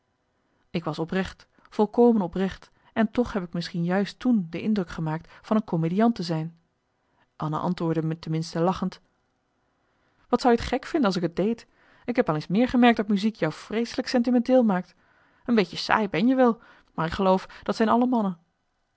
ik was oprecht volkomen oprecht en toch heb ik misschien juist toen de indruk gemaakt van een comediant te zijn anna antwoordde me ten minste lachend wat zou je t gek vinden als ik t deed ik heb al eens meer gemerkt dat muziek jou vreeselijk sentimenteel maakt een beetje saai ben je wel maar ik geloof dat zijn alle mannen